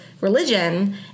religion